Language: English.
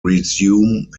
resume